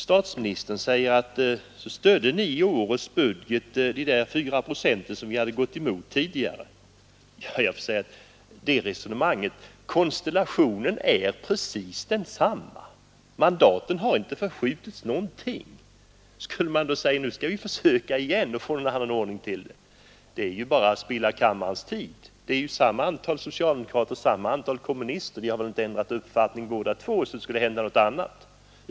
Statsministern säger att vi i årets budget stödde de fyra procenten som vi hade gått emot tidigare. Jag får säga beträffande det resonemanget att konstellationen är precis densamma mandaten har inte förskjutits något. Skulle man då säga att nu skall vi försöka igen att få en annan ordning? Det vore bara att spilla kammarens tid. Det är ju samma antal socialdemokrater och samma antal kommunister, och de har väl inte ändrat uppfattning, båda grupperna, så att det skulle hända något annat.